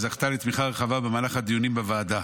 וזכתה לתמיכה רחבה במהלך הדיונים בוועדה.